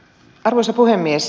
arvoisa puhemies